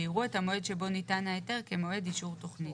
ויראו את המועד שבו ניתן ההיתר כמועד אישור תכנית.